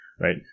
right